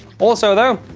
also though.